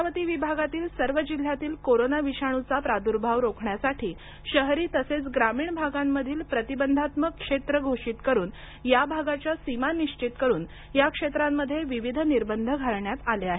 अमरावती विभागातील सर्व जिल्ह्यातील कोरोना विषाणूचा प्राद्र्भाव रोखण्यासाठी शहरी तसेच ग्रामीण भागांमधील प्रतिबंधात्मक क्षेत्र घोषित करून या भागाच्या सीमा निश्चित करून या क्षेत्रांमध्ये विविध निर्बंध घालण्यात आले आहेत